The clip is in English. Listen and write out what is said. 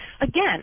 Again